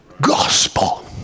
gospel